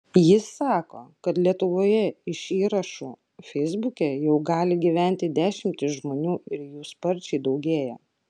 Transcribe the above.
jis sako kad lietuvoje iš įrašų feisbuke jau gali gyventi dešimtys žmonių ir jų sparčiai daugėja